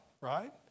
right